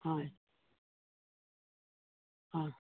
হয় হয়